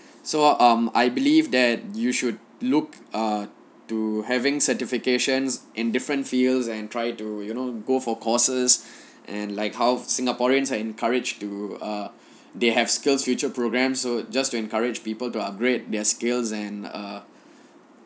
so um I believe that you should look err to having certifications in different fields and try to you know go for courses and like how singaporeans are encouraged to err they have skillsfuture programmes so just to encourage people to upgrade their skills and err